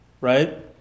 right